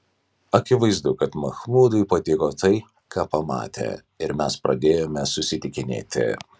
akivaizdu kad machmudui patiko tai ką pamatė ir mes pradėjome susitikinėti